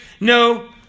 No